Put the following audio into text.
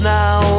now